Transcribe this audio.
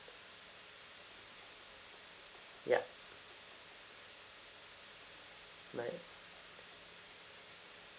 ya my